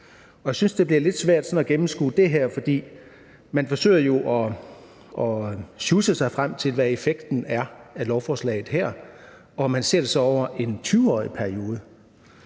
det synes jeg bliver lidt svært at gennemskue af det her. For man forsøger jo at sjusse sig frem til, hvad effekten af lovforslaget her er, og man ser det så over en 20-årig periode.